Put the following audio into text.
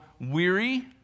weary